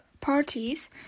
parties